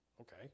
Okay